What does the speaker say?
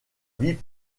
vie